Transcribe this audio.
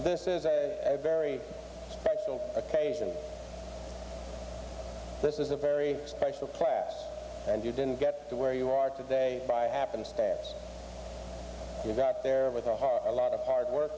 this is a very special occasion this is a very special class and you didn't get to where you are today by happenstance you got there with a lot of hard work